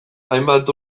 hainbat